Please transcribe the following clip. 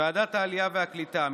בוועדת העלייה והקליטה,